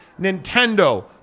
Nintendo